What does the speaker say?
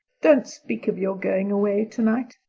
don't speak of your going away tonight,